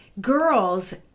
girls